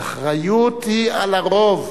האחריות היא על הרוב.